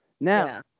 Now